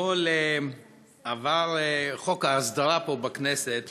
אתמול עבר פה בכנסת